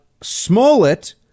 Smollett